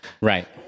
Right